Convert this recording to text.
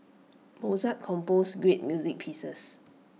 Mozart composed great music pieces